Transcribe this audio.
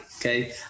okay